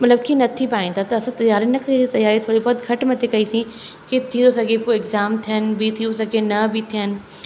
मतिलब की नथी पाइनि त त असां तयारी न कई त तयारी थोरी बहुत घटि मथे कइसीं की थी थो सघे पियो एग्ज़ाम थियनि ॿी थी थो सघे न बि थियनि